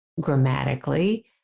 grammatically